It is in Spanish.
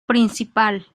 principal